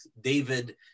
David